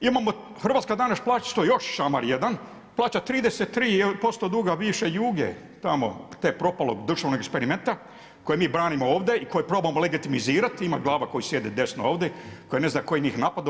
Imamo Hrvatska danas plaća što je još šamar jedan, plaća 33% duga bivše Juge tamo, tog propalog državnog eksperimenta koje mi branimo ovdje i koje probamo legitimizirati, ima glava koje sjede desno ovdje, koje ne zna tko je njih napada.